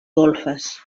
golfes